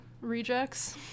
rejects